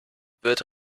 wird